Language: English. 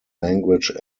language